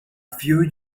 few